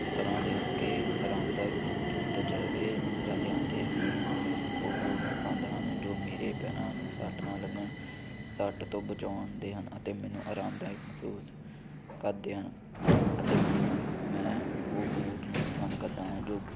ਤਰਾਂ ਦੇ ਹਲਕੇ ਆਰਾਮਦਾਇਕ ਬੂਟ ਨੂੰ ਤਜ਼ਰਬੇ ਜਾਂਦੇ ਹਨ ਅਤੇ ਮੈਨੂੰ ਉਹ ਬੂਟ ਪਸੰਦ ਹਨ ਜੋ ਮੇਰੇ ਪੈਰਾਂ ਨੂੰ ਸੱਟ ਨਾ ਲੱਗਣ ਸੱਟ ਤੋਂ ਬਚਾਉਂਦੇ ਹਨ ਅਤੇ ਮੈਨੂੰ ਆਰਾਮਦਾਇਕ ਮਹਿਸੂਸ ਕਰਦੇ ਹਨ ਅਤੇ ਮੈਨੂੰ ਮੈਂ ਉਹ ਬੂਟ ਨੂੰ ਪਸੰਦ ਕਰਦਾ ਜੋ